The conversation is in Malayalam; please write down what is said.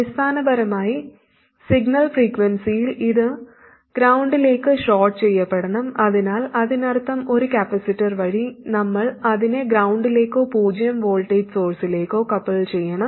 അടിസ്ഥാനപരമായി സിഗ്നൽ ഫ്രീക്വൻസിയിൽ ഇത് ഗ്രൌണ്ടിലേക്ക് ഷോർട് ചെയ്യപ്പെടണം അതിനാൽ അതിനർത്ഥം ഒരു കപ്പാസിറ്റർ വഴി നമ്മൾ അതിനെ ഗ്രൌണ്ടിലേക്കോ പൂജ്യo വോൾട്ടേജ് സോഴ്സിലേക്കോ കപ്പിൾ ചെയ്യണം